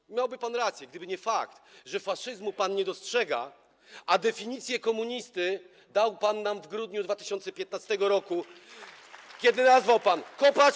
I miałby pan rację, gdyby nie fakt, że faszyzmu pan nie dostrzega, a definicję komunisty dał pan nam w grudniu 2015 r., kiedy nazwał pan Kopacz.